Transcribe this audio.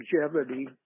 Longevity